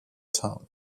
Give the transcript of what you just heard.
town